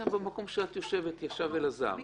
אין ניסוח משפטי שיכול לגבור על השעטנז שמנסים לעשות פה,